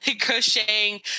crocheting